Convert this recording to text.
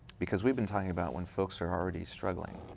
because we've been talking about when folks are already struggling.